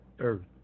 Earth